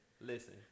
Listen